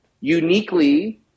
uniquely